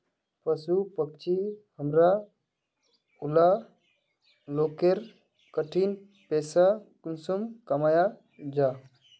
पशु पक्षी हमरा ऊला लोकेर ठिकिन पैसा कुंसम कमाया जा?